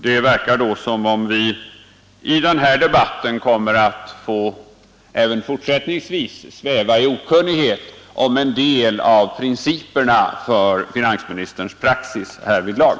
Det verkar då som om vi i denna debatt även fortsättningsvis kommer att få sväva i okunnighet om en del av principerna för finansministerns praxis härvidlag.